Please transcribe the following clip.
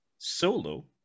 Solo